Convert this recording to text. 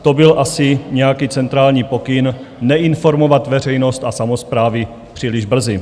To byl asi nějaký centrální pokyn, neinformovat veřejnost a samosprávy příliš brzy.